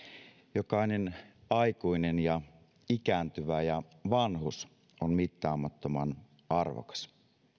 jokainen aikuinen ja ikääntyvä ja vanhus on mittaamattoman arvokas